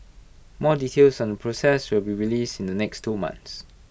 more details on the process will be released in the next two months